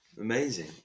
Amazing